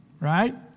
Right